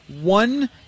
One